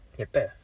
எப்ப:eppa